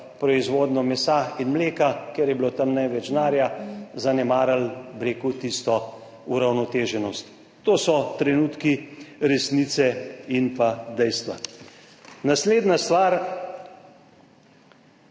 proizvodnjo mesa in mleka, ker je bilo tam največ denarja, zanemarili, bi rekel, tisto uravnoteženost. To so trenutki resnice in pa dejstva. Naslednja stvar.